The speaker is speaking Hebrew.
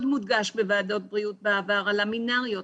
מודגש בוועדות הבריאות בעבר הלימינריות,